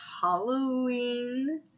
halloween